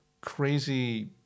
crazy